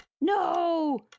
No